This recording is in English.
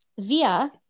via